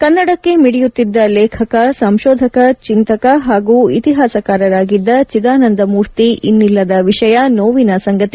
ಕನ್ನಡಕ್ಕೆ ಮಿಡಿಯುತ್ತಿದ್ದ ಲೇಖಕ ಸಂಶೋಧಕ ಚಿಂತಕ ಹಾಗೂ ಇತಿಹಾಸಕಾರಾಗಿದ್ದ ಚಿದಾನಂದ ಮೂರ್ತಿ ಇನ್ನಿಲ್ಲದ ವಿಷಯ ನೋವಿನ ಸಂಗತಿ